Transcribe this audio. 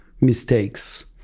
mistakes